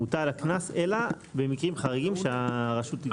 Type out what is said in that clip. מוטל הקנס אלא במקרים חריגים שהרשות תקבע.